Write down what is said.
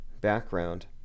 background